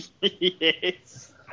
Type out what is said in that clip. yes